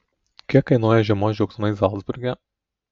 kiek kainuoja žiemos džiaugsmai zalcburge